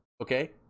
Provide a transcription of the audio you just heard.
Okay